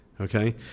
Okay